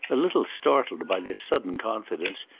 a little startled by this sudden confidence,